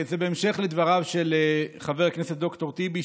זה בהמשך לדבריו של חבר הכנסת ד"ר טיבי,